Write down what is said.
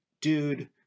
dude